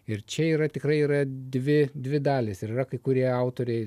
ir čia yra tikrai yra dvi dvi dalys ir yra kai kurie autoriai